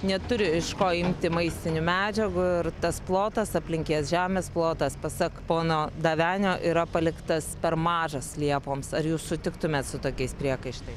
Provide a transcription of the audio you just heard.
neturi iš ko imti maistinių medžiagų ir tas plotas aplink jas žemės plotas pasak pono davenio yra paliktas per mažas liepoms ar jūs sutiktumėt su tokiais priekaištais